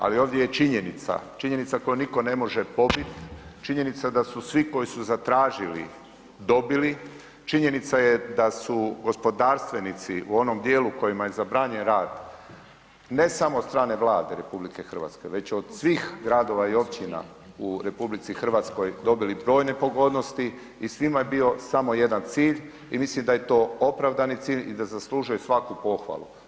Ali, ovdje je činjenica, činjenica koju nitko ne može pobiti, činjenica da su svi koji su zatražili, dobili, činjenica je da su gospodarstvenici u onom dijelu kojima je zabranjen rad, ne samo od strane Vlade RH već od svih gradova i općina u RH dobili brojne pogodnosti i svima je bio samo jedan cilj i mislim da je to opravdani cilj i da zaslužuje svaku pohvalu.